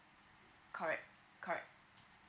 correct correct